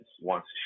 wants